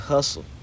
Hustle